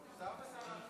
שר ושרה.